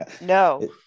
No